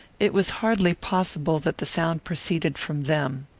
it was hardly possible that the sound proceeded from them.